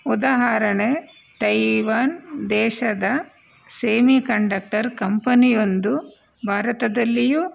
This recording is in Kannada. ಉದಾಹರಣೆ ತೈವನ್ ದೇಶದ ಸೇಮಿ ಕಂಡಕ್ಟರ್ ಕಂಪನಿಯೊಂದು ಭಾರತದಲ್ಲಿಯೂ